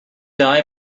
die